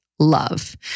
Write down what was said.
love